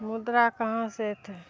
मुद्रा कहाँसँ अयतय